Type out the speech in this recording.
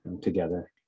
together